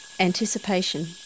Anticipation